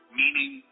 meaning